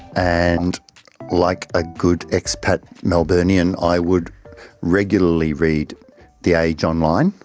and like a good expat melburnian i would regularly read the age online.